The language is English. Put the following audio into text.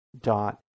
dot